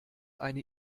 eine